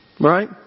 right